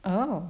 oh